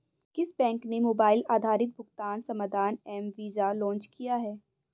किस बैंक ने मोबाइल आधारित भुगतान समाधान एम वीज़ा लॉन्च किया है?